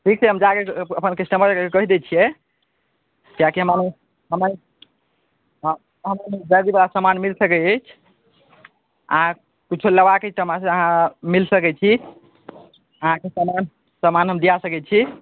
ठीक छै हम जाके अपन कस्टमरके कहि दै छिए किएकि हमरा हमरालग ज्वेलरीवला समान मिलि सकै अछि अहाँ किछु लेबाके अछि तऽ हमरासे अहाँ मिलि सकै छी अहाँके समान समान हम दिआ सकै छी